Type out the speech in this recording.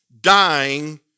dying